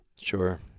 Sure